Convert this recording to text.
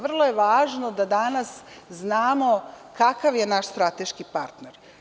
Vrlo je važno da danas znamo kakav je naš strateški partner.